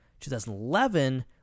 2011